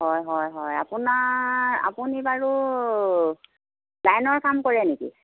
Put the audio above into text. হয় হয় হয় আপোনাৰ আপুনি বাৰু লাইনৰ কাম কৰে নেকি